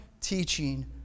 teaching